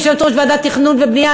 יושבת-ראש ועדת תכנון ובנייה,